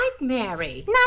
Mary